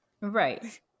right